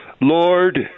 Lord